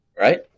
right